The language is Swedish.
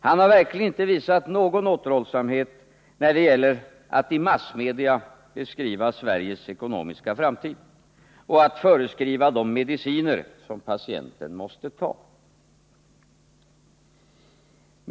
Han har verkligen inte visat någon återhållsamhet när det gäller att i massmedia beskriva Sveriges ekonomiska framtid och att förskriva de mediciner som patienten måste ta.